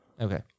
Okay